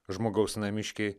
žmogaus namiškiai